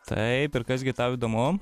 taip ir kas gi tau įdomu